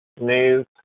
news